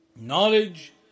knowledge